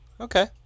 Okay